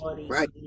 right